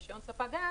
רישיון ספק גז,